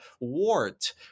wart